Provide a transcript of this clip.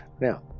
Now